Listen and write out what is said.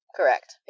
Correct